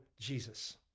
Jesus